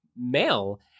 male